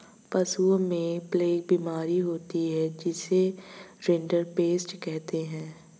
पशुओं में प्लेग बीमारी होती है जिसे रिंडरपेस्ट कहते हैं